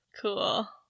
cool